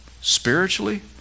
spiritually